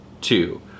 Two